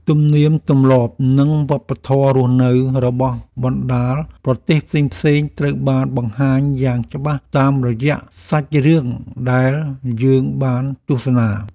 ទំនៀមទម្លាប់និងវប្បធម៌រស់នៅរបស់បណ្ដាប្រទេសផ្សេងៗត្រូវបានបង្ហាញយ៉ាងច្បាស់តាមរយៈសាច់រឿងដែលយើងបានទស្សនា។